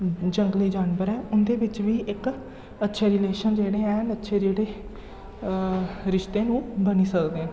जंगली जानवर ऐ उं'दे बिच्च बी इक अच्छे रिलेशन जेह्ड़े हैन अच्छे जेह्ड़े रिश्ते न ओह् बनी सकदे न